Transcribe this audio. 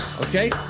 Okay